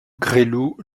gresloup